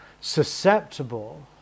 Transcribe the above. susceptible